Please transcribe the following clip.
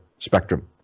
spectrum